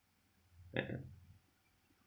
yeah